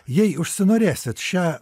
jei užsinorėsit šią